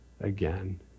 again